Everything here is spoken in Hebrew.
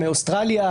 אוסטרליה,